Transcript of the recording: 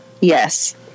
Yes